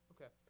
Okay